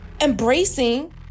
embracing